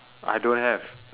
I don't have